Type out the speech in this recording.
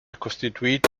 costituito